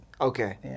Okay